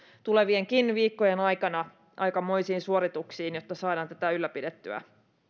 tulevienkin viikkojen aikana aikamoisiin suorituksiin jotta saadaan tätä ylläpidettyä